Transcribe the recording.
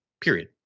Period